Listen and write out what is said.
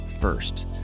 first